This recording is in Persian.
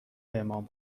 امام